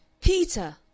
Peter